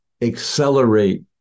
accelerate